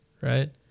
right